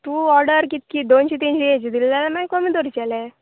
तूं ऑर्डर कितकी दोनशीं तिनशीं हेजी दिली जाल्यार मागीर कमी धरचेलेंं